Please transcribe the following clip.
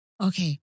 okay